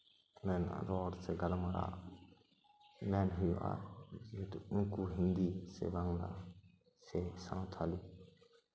ᱚᱸᱰᱮᱱᱟᱜ ᱨᱚᱲ ᱥᱮ ᱜᱟᱞᱢᱟᱨᱟᱣ ᱢᱮᱱ ᱦᱩᱭᱩᱜᱼᱟ ᱡᱮᱦᱮᱛᱩ ᱩᱱᱠᱩ ᱦᱤᱱᱫᱤ ᱥᱮ ᱵᱟᱝᱞᱟ ᱥᱮ ᱥᱟᱱᱛᱟᱲᱤ